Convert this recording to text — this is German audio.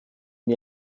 mir